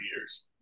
years